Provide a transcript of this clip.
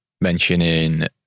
mentioning